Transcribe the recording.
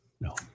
No